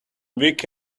week